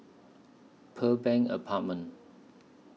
Pearl Bank Apartment